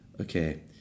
Okay